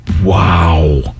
Wow